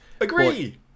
agree